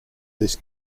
this